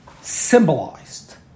symbolized